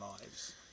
lives